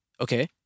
Okay